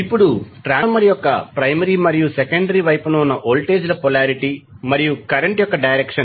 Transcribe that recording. ఇప్పుడు ట్రాన్స్ఫార్మర్ యొక్క ప్రైమరీ మరియు సెకండరీ వైపున ఉన్న వోల్టేజీల పొలారిటీ మరియు కరెంట్ యొక్క డైరక్షన్